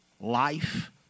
life